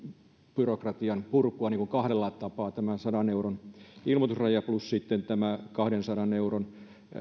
byrokratian purkua kahdella tapaa tämä sadan euron ilmoitusraja plus sitten tämä kahdensadan euron